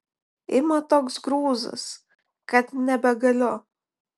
ima toks grūzas kad nebegaliu